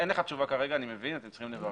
אין לך תשובה כרגע, אני מבין, אתם צריכים להתייעץ.